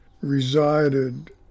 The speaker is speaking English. resided